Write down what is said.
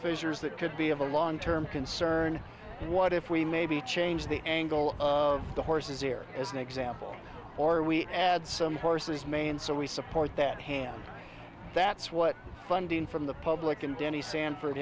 fissures that could be of a long term concern what if we maybe change the angle of the horse's ear as an example or we add some horse's mane so we support that hand that's what funding from the public and any sanford